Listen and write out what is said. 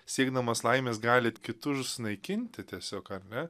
siekdamas laimės galit kitur sunaikinti tiesiog ar ne